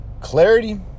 clarity